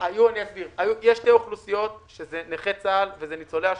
יש שתי אוכלוסיות, נכי צה"ל וניצולי השואה,